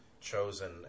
chosen